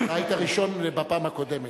אתה היית הראשון בפעם הקודמת.